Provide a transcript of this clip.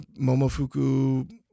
Momofuku